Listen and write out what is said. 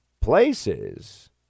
places